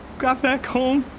got back home.